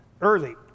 early